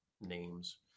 names